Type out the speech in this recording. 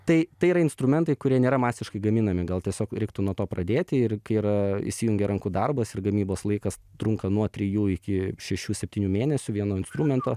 tai tai yra instrumentai kurie nėra masiškai gaminami gal tiesiog reiktų nuo to pradėti ir kai yra įsijungia rankų darbas ir gamybos laikas trunka nuo trijų iki šešių septynių mėnesių vieno instrumento